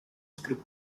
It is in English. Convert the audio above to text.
script